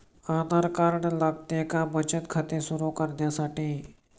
आधार card लागते का बचत खाते सुरू करण्यासाठी?